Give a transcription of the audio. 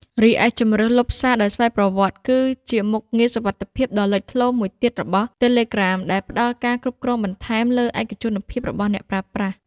រីឯជម្រើសលុបសារដោយស្វ័យប្រវត្តិ គឺជាមុខងារសុវត្ថិភាពដ៏លេចធ្លោមួយទៀតរបស់ Telegram ដែលផ្ដល់ការគ្រប់គ្រងបន្ថែមលើឯកជនភាពរបស់អ្នកប្រើប្រាស់។